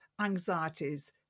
anxieties